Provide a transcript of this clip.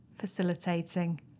facilitating